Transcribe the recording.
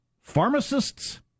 pharmacists